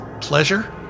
pleasure